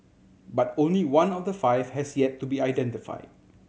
but only one of the five has yet to be identified